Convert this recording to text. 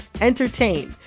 entertain